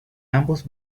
ambos